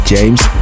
James